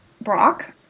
Brock